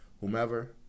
whomever